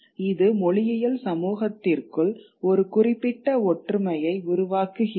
இது மொழியியல் சமூகத்திற்குள் ஒரு குறிப்பிட்ட ஒற்றுமையை உருவாக்குகிறது